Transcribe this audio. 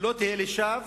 לא תהיה לשווא